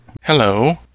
hello